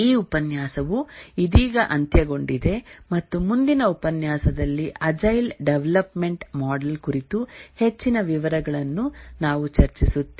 ಈ ಉಪನ್ಯಾಸವು ಇದೀಗ ಅಂತ್ಯಗೊಂಡಿದೆ ಮತ್ತು ಮುಂದಿನ ಉಪನ್ಯಾಸದಲ್ಲಿ ಅಜೈಲ್ ಡೆವಲಪ್ಮೆಂಟ್ ಮಾಡೆಲ್ ಕುರಿತು ಹೆಚ್ಚಿನ ವಿವರಗಳನ್ನು ನಾವು ಚರ್ಚಿಸುತ್ತೇವೆ